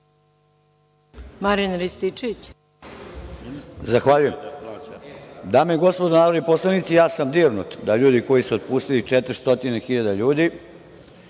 **Marijan Rističević** Zahvaljujem. Dame i gospodo narodni poslanici, ja sam dirnut da ljudi koji su otpustili 400 hiljada